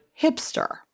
hipster